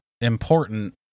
important